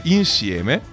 insieme